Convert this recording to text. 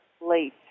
late